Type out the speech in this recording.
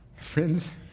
Friends